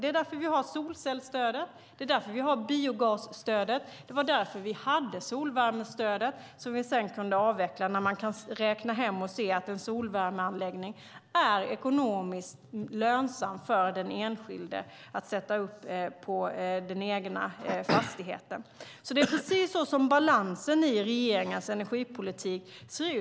Det är därför vi har solcellsstödet och biogasstödet och därför vi hade solvärmestödet som vi sedan kunde avveckla när man kunde räkna hem och se att en solvärmeanläggning är ekonomiskt lönsam för den enskilde att sätta upp på den egna fastigheten. Det är precis så som balansen i regeringens energipolitik ser ut.